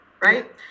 right